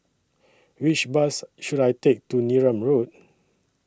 Which Bus should I Take to Neram Road